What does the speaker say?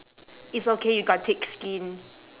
it's okay you got thick skin